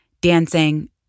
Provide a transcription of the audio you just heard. dancing